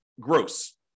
gross